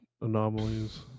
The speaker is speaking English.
anomalies